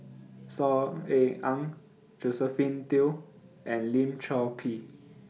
Saw Ean Ang Josephine Teo and Lim Chor Pee